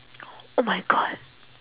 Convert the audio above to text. oh my god